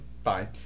Fine